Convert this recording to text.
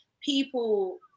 people